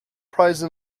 prize